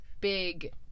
big